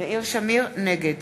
נגד